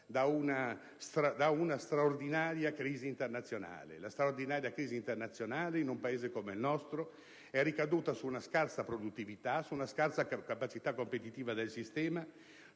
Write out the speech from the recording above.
da una straordinaria crisi internazionale. La straordinaria crisi internazionale in un Paese come il nostro è ricaduta su una scarsa produttività, su una scarsa capacità competitiva del sistema,